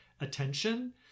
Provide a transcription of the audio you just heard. attention